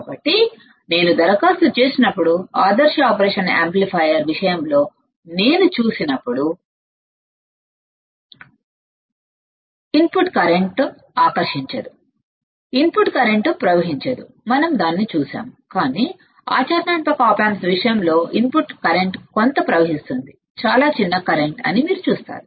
కాబట్టి నేను అప్లై చేసినప్పుడు ఐడియల్ ఆపరేషన్ యాంప్లిఫైయర్ విషయంలో నేను చూసినప్పుడు ఇన్పుట్ కరెంట్ ను ఆకర్షించదు ఇన్పుట్ కరెంట్ ను ప్రవహించదు మనం దానిని చూశాము కాని ఆచరణాత్మక ఆప్ ఆంప్స్ విషయంలో ఇన్పుట్ కొంత కరెంట్ ని ప్రవహిస్తుంది చాల చిన్న కరెంటు అని మీరు చూస్తారు